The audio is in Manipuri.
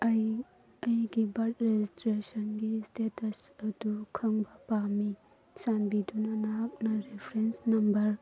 ꯑꯩ ꯑꯩꯒꯤ ꯕꯥꯔꯠ ꯔꯦꯖꯤꯁꯇ꯭ꯔꯦꯁꯟꯒꯤ ꯏꯁꯇꯦꯇꯁ ꯑꯗꯨ ꯈꯪꯕ ꯄꯥꯝꯃꯤ ꯆꯥꯟꯕꯤꯗꯨꯅ ꯅꯍꯥꯛꯅ ꯔꯤꯐ꯭ꯔꯦꯟꯁ ꯅꯝꯕꯔ